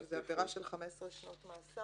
כשהיא נעברת בקטין זאת עבירה של 15 שנות מאסר.